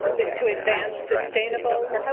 is to advance sustainable,